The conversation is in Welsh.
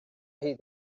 hyd